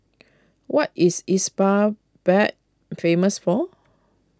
what is Isbabad famous for